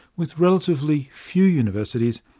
with relatively few universities,